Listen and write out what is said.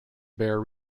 bear